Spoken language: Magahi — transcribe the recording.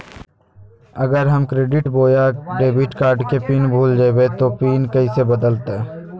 अगर हम क्रेडिट बोया डेबिट कॉर्ड के पिन भूल जइबे तो पिन कैसे बदलते?